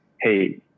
Hey